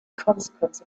consequence